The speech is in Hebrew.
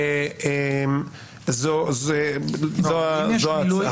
זו ההצעה.